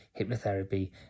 hypnotherapy